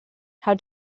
how